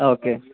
ആ ഓക്കെ